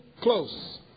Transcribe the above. close